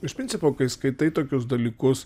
iš principo kai skaitai tokius dalykus